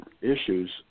issues